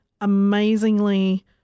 amazingly